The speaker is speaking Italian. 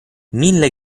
mille